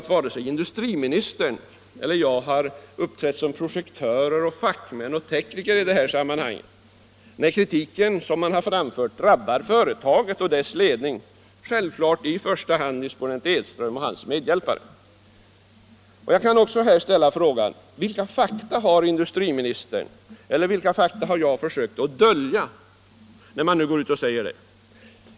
Varken industriministern eller jag har deltagit som projektörer, fackmän och tekniker i detta sammanhang. Nej, kritiken drabbar företaget och dess ledning, i första hand givetvis disponent Edström och hans medhjälpare. Och vilka fakta har industriministern eller jag sökt dölja?